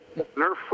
Nerf